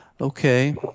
Okay